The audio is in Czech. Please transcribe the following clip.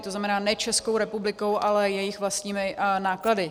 To znamená ne Českou republikou, ale jejich vlastními náklady.